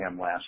last